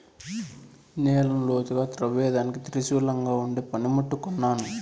నేలను లోతుగా త్రవ్వేదానికి త్రిశూలంలాగుండే పని ముట్టు కొన్నాను